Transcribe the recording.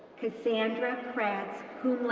cassandra kratz,